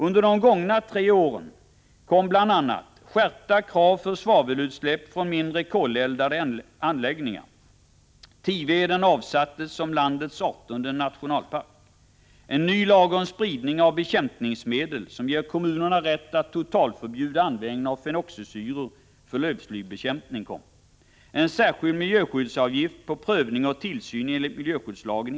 Under de gångna tre åren kom bl.a. skärpta krav på svavelutsläpp från mindre koleldade anläggningar. Tiveden avsattes som landets artonde nationalpark. En ny lag om spridning av bekämpningsmedel som ger kommunerna rätt att totalförbjuda användningen av fenoxisyror för lövslybekämpning infördes, liksom en särskild miljöskyddsavgift på prövning och tillsyn enligt miljöskyddslagen.